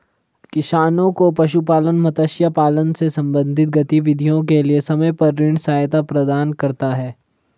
किसानों को पशुपालन, मत्स्य पालन से संबंधित गतिविधियों के लिए समय पर ऋण सहायता प्रदान करता है